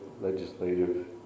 legislative